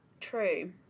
true